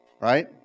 right